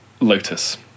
Lotus